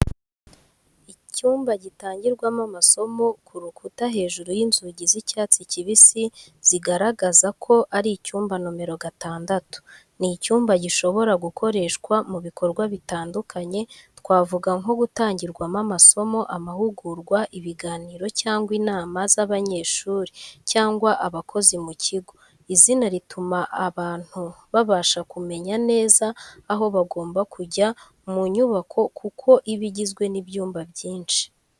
Icyumba gitangirwamo amasomo, ku rukuta hejuru y’inzugi z’icyatsi kibisi zigaragaza ko ari icyumba nomero gatandatu. Ni icyumba gishobora gukoreshwa mu bikorwa bitandukanye, twavuga nko gutangirwamo amasomo, amahugurwa, ibiganiro cyangwa inama z’abanyeshuri cyangwa abakozi mu kigo. Izina rituma abantu babasha kumenya neza aho bagomba kujya mu nyubako kuko iba igizwe n’ibyumba byinshi.